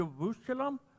Jerusalem